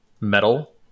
metal